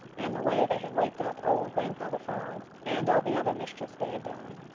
and the way they had waked up old grandfather frog, and all the other mischief they had done.